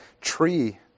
tree